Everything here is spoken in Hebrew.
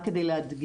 רק כדי להדגים,